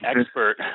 expert